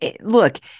look